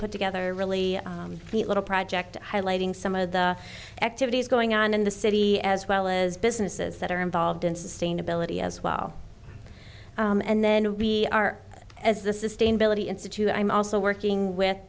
put together a really neat little project highlighting some of the activities going on in the city as well as businesses that are involved in sustainability as well and then we are as the sustainability institute i'm also working with